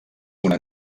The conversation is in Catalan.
una